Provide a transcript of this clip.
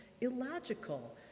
illogical